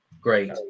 Great